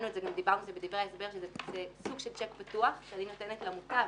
דיברנו בדברי ההסבר שזה סוג של צ'ק פתוח שאני נותנת למוטב,